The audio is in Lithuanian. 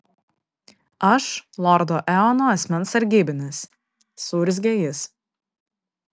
aš lordo eono asmens sargybinis suurzgė jis